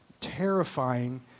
terrifying